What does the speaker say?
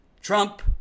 Trump